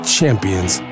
champions